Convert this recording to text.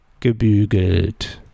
gebügelt